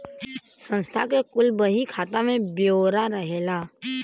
संस्था के कुल बही खाता के ब्योरा रहेला